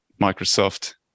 Microsoft